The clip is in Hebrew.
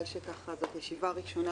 בגלל שזאת ישיבה ראשונה